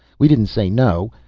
we didn't say no.